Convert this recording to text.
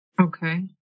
Okay